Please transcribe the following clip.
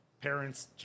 parents